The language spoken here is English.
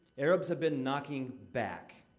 arabs have been knocking back.